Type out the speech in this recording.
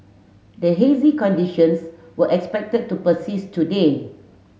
the hazy conditions were expected to persist today